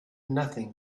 nothing